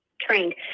trained